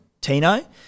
Tino